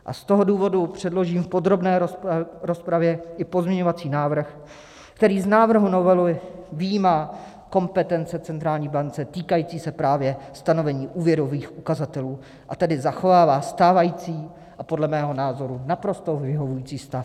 Z toho důvodu předložím v podrobné rozpravě i pozměňovací návrh, který z návrhu novely vyjímá kompetence centrální banky týkající se právě stanovení úvěrových ukazatelů, a tedy zachovává stávající a podle mého názoru naprosto vyhovující stav.